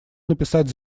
написать